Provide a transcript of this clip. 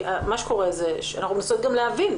אנחנו מנסות גם להבין.